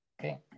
Okay